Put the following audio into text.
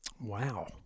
Wow